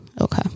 Okay